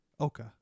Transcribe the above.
Okay